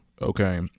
Okay